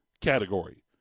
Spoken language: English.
category